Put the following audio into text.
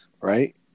right